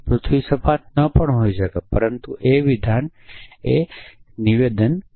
પૃથ્વી સપાટ ન પણ હોઈ શકે પરંતુ વિધાન એ સાચું નિવેદન છે